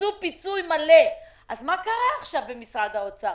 יביא לפיצוי מלא בלי לעשות תרגילים של הורדה מדמי מחלה וכיוצא בזה.